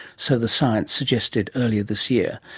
so the science suggested earlier this year,